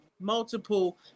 multiple